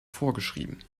vorgeschrieben